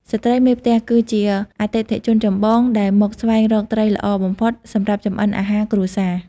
ស្ត្រីមេផ្ទះ គឺជាអតិថិជនចម្បងដែលមកស្វែងរកត្រីល្អបំផុតសម្រាប់ចម្អិនអាហារគ្រួសារ។